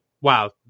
wow